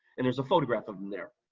and there's a photograph of him there.